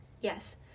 yes